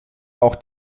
auch